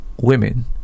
women